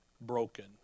broken